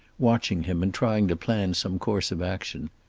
watching him and trying to plan some course of action.